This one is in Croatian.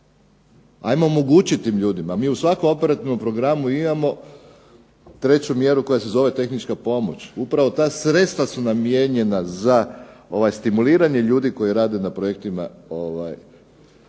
Ajmo omogućiti tim ljudima, mi u svakom operativnom programu imamo treću mjeru koja se zove tehnička pomoć. Upravo ta sredstva su namijenjena za stimuliranje ljudi koji rade na projektima